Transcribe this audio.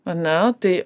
ar ne tai